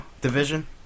division